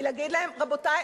להגיד להם: רבותי,